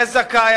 יהיה זכאי,